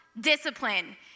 discipline